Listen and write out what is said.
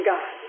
God